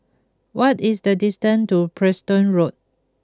what is the distance to Preston Road